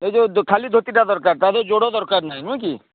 ଏଇ ଯେଉଁ ଖାଲି ଧୋତିଟା ଦରକାର ତା ସହିତ ଜୋଡ଼ ଦରକାର ନାହିଁ ନୁହେଁ କି